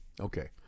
Okay